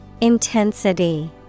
Intensity